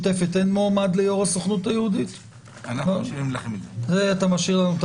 לאור הערות הוועדה גם בדיונים האלה וגם בדיונים של